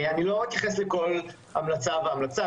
לא אתייחס לכל המלצה והמלצה,